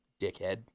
Dickhead